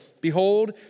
Behold